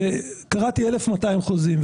קראתי 1,200 חוזים,